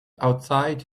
outside